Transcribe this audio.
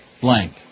blank